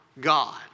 God